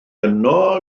yno